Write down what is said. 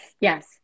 yes